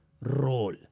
role